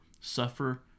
suffer